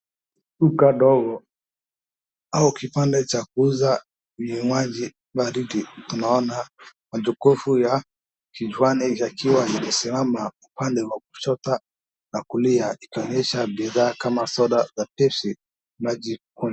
Duka ndogo, au kibanda cha kuuza vinywaji baridi tunaona majokofu ya kichwani yakiwa yamesimama upande wa kushoto na kulia ikionyesha bidhaa kama soda za peshe, maji.